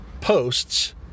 posts